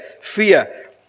fear